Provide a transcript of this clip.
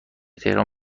تهران